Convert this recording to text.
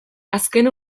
azken